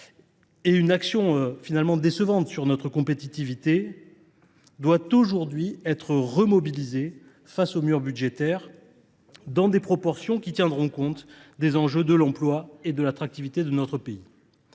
et une action décevante sur notre compétitivité, doit aujourd’hui être remobilisé face au mur budgétaire, dans des proportions qui tiendront compte des enjeux de l’emploi et de l’attractivité de notre pays.